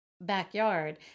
backyard